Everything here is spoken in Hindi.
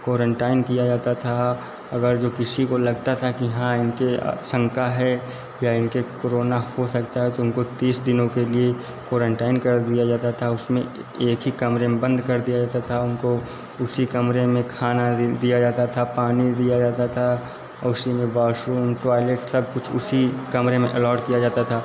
क्वारंटाइन किआ जाता था अगर जो किसी को लगता था कि हाँ इनके शंका है या इनके कोरोना हो सकता है तो उनको तीस दोनों के लिए क्वारंटाइन कर दिया जाता था उशमें ए एक ही कमरे में बंद कर दिया जाता था उनको उसी कमरे में खाना दि दिया जाता था पानी दिया जाता था ऑसिमें में बॉशरूम टॉयलेट सब कुछ उसी कमरे में अलाउड किआ जाता था